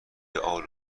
آلو